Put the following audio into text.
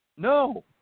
No